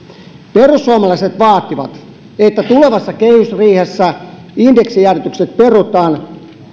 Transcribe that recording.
perussuomalaiset vaativat että tulevassa kehysriihessä indeksijäädytykset perutaan